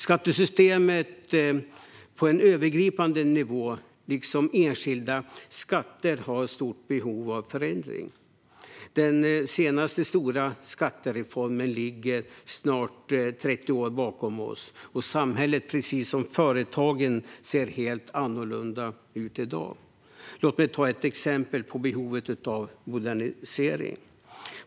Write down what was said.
Skattesystemet på en övergripande nivå liksom enskilda skatter har ett stort behov av förändring. Den senaste stora skattereformen ligger snart 30 år bakom oss, och samhället precis som företagen ser helt annorlunda ut i dag. Låt mig ta ett exempel på behovet av modernisering.